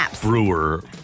brewer